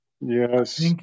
Yes